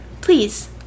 please